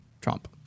Trump